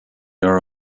are